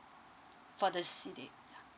for the C_D ya